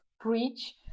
preach